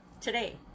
Today